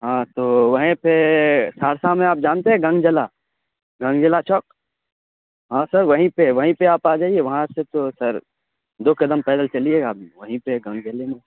ہاں تو وہیں پہ سہرسہ میں آپ جانتے ہیں گنجلا گنجلا چوک ہاں سر وہیں پہ وہیں پہ آپ آ جائیے وہاں سے تو سر دو قدم پیدل چلیے گا وہیں پہ ہے گنجلے میں